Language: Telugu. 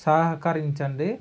సహకరించండి